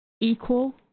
equal